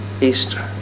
Easter